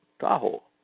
Tahoe